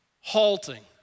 halting